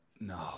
no